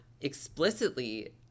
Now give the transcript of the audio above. explicitly